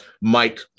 Mike